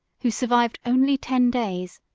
who survived only ten days,